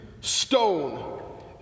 stone